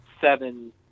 seven